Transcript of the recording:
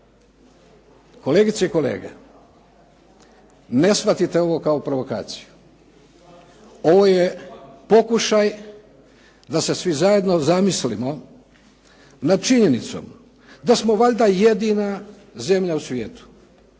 Kolegice i kolege, ne shvatite ovo kao provokaciju, ovo je pokušaj da se svi zajedno zamislimo nad činjenicom da smo valjda jedina zemlja u svijetu